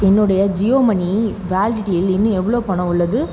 என்னுடைய ஜியோ மணி வேலிடிட்யில் இன்னும் எவ்வளவு பணம் உள்ளது